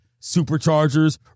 Superchargers